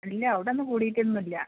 ഇല്ല അവിടെയൊന്നും കൂടിയിട്ടൊന്നും ഇല്ല